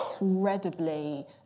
incredibly